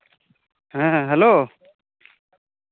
ᱦᱮᱸ ᱦᱮᱞᱳ